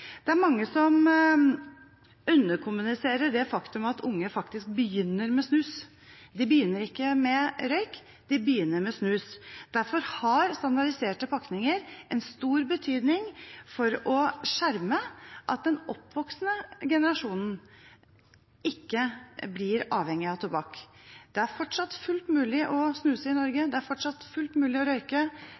Det er mange som underkommuniserer det faktum at unge faktisk begynner med snus. De begynner ikke med røyk, de begynner med snus. Derfor har standardiserte pakninger stor betydning for å skjerme at den oppvoksende generasjonen ikke blir avhengig av tobakk. Det er fortsatt fullt mulig å snuse i Norge, det er fortsatt fullt mulig å røyke.